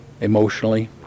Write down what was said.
emotionally